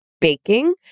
baking